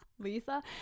Lisa